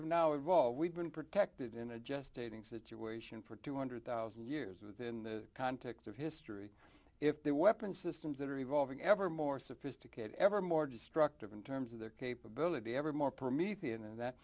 have now of all we've been protected in a gestating situation for two hundred thousand years within the context of history if their weapon systems that are evolving ever more sophisticated ever more destructive in terms of their capability evermore